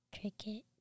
Cricket